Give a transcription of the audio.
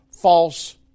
false